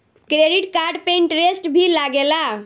Credit card पे interest भी लागेला?